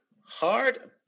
hard